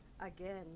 again